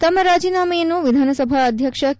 ತಮ್ಮ ರಾಜೀನಾಮೆಯನ್ನು ವಿಧಾನಸಭಾ ಅಧ್ವಕ್ಷ ಕೆ